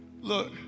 Look